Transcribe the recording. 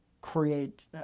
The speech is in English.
create